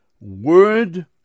word